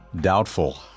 Doubtful